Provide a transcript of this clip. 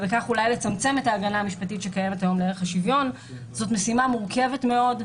זאת משימה מורכבת מאוד.